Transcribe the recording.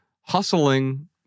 hustling